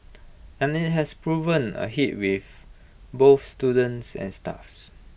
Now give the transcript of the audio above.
and IT has proven A hit with both students and staffs